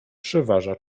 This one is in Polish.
przeważa